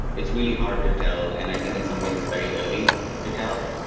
it's really hard to tell and i think in some ways it's very early to tell,